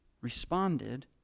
responded